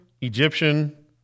Egyptian